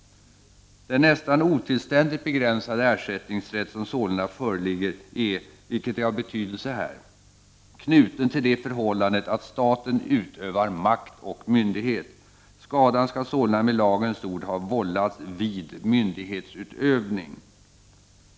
Den nästan otillständigt begränsade ersättningsrätt som sålunda föreligger är — vilket är av betydelse här — knuten till det förhållandet att staten utövar makt och myndighet. Skadan skall sålunda med lagens ord ha vållats vid myndighetsutövning.